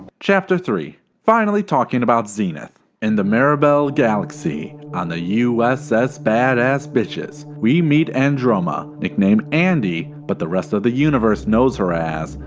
chapter three finally talking about zenith in the mirabel galaxy on the uss badass bitches. we meet androma nicknamed andi, but the rest of the universe knows her as,